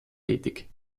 tätig